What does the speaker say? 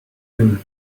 him